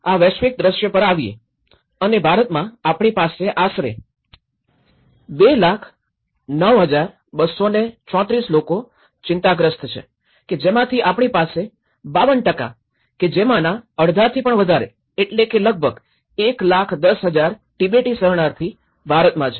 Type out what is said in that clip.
આ વૈશ્વિક દૃશ્ય પર આવીયે અને ભારતમાં આપણી પાસે આશરે ૨૦૯૨૩૪ લોકો ચિંતાગ્રસ્ત છે કે જેમાંથી આપણી પાસે ૫૨ કે જેમાંના અડધાથી પણ વધારે એટલે કે લગભગ ૧૧૦૦૦૦ તિબેટી શરણાર્થી ભારતમાં છે